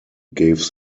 gave